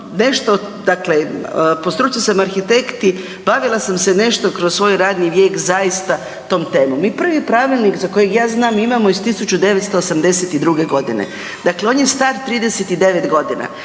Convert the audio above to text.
dakle po struci sam arhitekt i bavila sam se nešto kroz svoji radni vijek zaista tom temom. I prvi pravilnik za kojeg ja znam imamo iz 1982. godine, dakle on je star 39 godina.